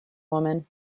woman